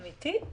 אמיתי?